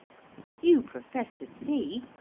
you profess to see,